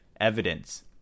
evidence